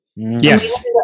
Yes